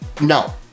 no